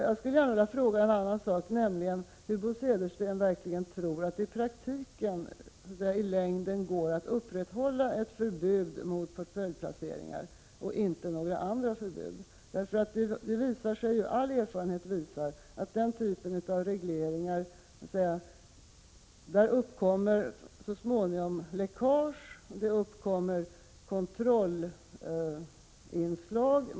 Jag skulle vilja fråga hur Bo Södersten tror att det i praktiken i längden går att upprätthålla ett förbud mot portföljplaceringar och inte några andra förbud. All erfarenhet visar att det vid den typen av regleringar så småningom uppkommer läckage och behov av kontrollinslag.